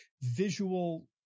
visual